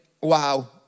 wow